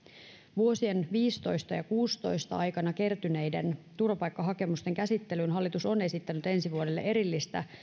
vuosien viisitoista ja kuusitoista aikana kertyneiden turvapaikkahakemusten käsittelyyn hallitus on esittänyt ensi vuodelle erillistä